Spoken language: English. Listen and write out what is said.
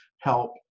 help